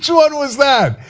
one was that?